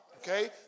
okay